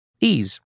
Ease